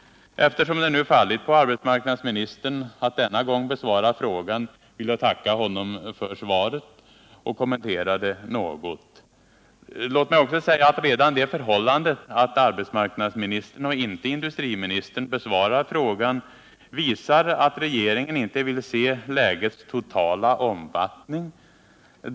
Eftersom det nu fallit på arbetsmarknadsministern att denna gång besvara frågan, vill jag tacka honom för svaret och kommentera det något. Låt mig också säga att redan det förhållandet att arbetsmarknadsministern och inte industriministern besvarar frågan visar att regeringen inte vill se problemets totala omfattning.